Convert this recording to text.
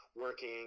working